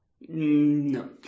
No